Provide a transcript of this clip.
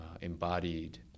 embodied